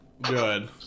Good